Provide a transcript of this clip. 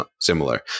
similar